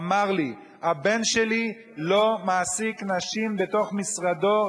אמר לי: הבן שלי לא מעסיק נשים בתוך משרדו,